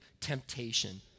temptation